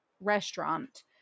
restaurant